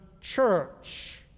Church